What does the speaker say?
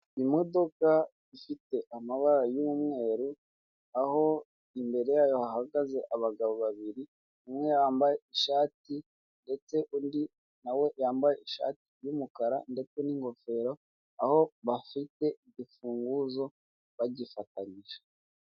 Imodoka ifite amabara y'umweru, aho imbere yayo hahagaze abagabo babiri, umwe yambaye ishati ndetse undi nawe yambaye ishati y'umukara ndetse n'ingofero, aho bafite imfunguzo bagifatanyije.